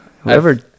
Whoever